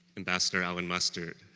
ambassador alan mustard.